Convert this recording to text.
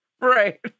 Right